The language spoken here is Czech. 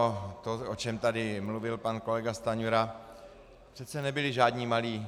To, o čem tady mluvil pan kolega Stanjura, přece nebyli žádní malí.